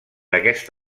aquest